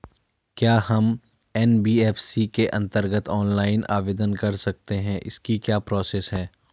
क्या हम एन.बी.एफ.सी के अन्तर्गत ऑनलाइन आवेदन कर सकते हैं इसकी क्या प्रोसेस है?